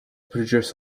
produce